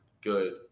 good